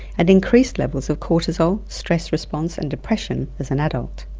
and increased levels of cortisol, stress response and depression as an adult.